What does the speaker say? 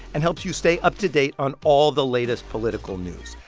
and helps you stay up to date on all the latest political news.